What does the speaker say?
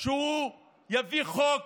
שהוא יביא חוק